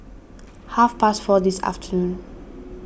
half past four this afternoon